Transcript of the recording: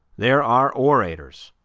there are orators,